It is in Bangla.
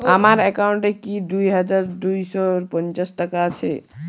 আমার অ্যাকাউন্ট এ কি দুই হাজার দুই শ পঞ্চাশ টাকা আছে?